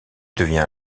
devient